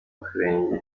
akarenge